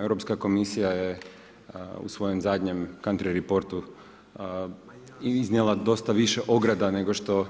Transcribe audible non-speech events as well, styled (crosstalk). Europska komisija je u svojem zadnjem … (unintelligible) reportu iznijela dosta više ograda nego što